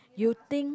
you think